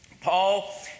Paul